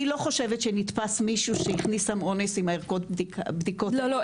אני לא חושבת שנתפס מישהו שהכניס סם אונס עם הערכות בדיקות --- לא,